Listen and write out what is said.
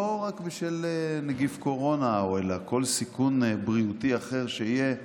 לא רק בשל נגיף קורונה או כל סיכון בריאותי אחר שיהיה.